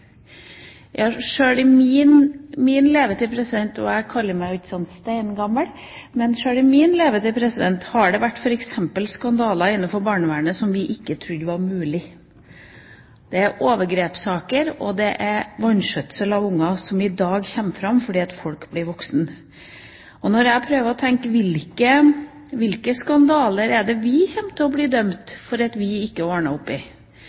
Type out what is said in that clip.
Sjøl i min levetid – og jeg kaller meg ikke steingammel – har det vært skandaler innenfor barnevernet som vi ikke trodde var mulig. Det er overgrepssaker og vanskjøtsel av unger som i dag kommer fram fordi folk blir voksne. Hvilke skandaler er det vi kommer til å bli dømt for at vi ikke ordnet opp i? Hva er det vi ikke ser, og som vi ikke ordner opp i?